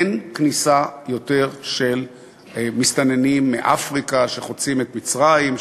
אין יותר כניסה של מסתננים מאפריקה שחוצים את מצרים,